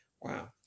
Wow